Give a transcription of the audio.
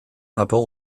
rapport